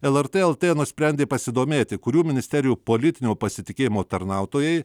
lrt lt nusprendė pasidomėti kurių ministerijų politinio pasitikėjimo tarnautojai